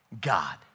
God